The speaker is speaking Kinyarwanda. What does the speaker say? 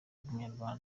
umuryango